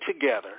together